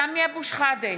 (קוראת בשמות חברי הכנסת) סמי אבו שחאדה,